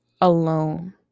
alone